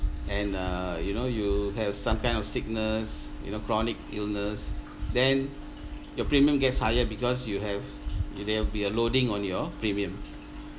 and err you know you have some kind of sickness you know chronic illness then your premium gets higher because you have there will be a loading on your premium